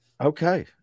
Okay